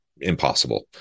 impossible